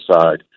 side